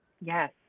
Yes